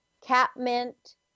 Catmint